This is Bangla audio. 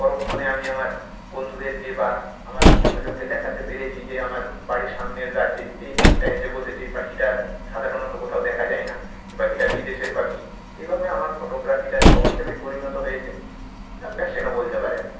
পরক্ষণে আমি আমার বন্ধুদেরকে বা আমার আত্মীয় স্বজনকে দেখাতে পেরেছি যে আমার বাড়ির সামনের গাছে এই পাখিটা এসে বসেছে এই পাখিটা সাধারণত কোথাও দেখা যায় না এ পাখিটা বিদেশের পাখি এইভাবে আমার ফটোগ্রাফিটা শখ হিসাবেই পরিণত হয়েছে আর প্যাশানও বলতে পারেন